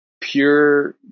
pure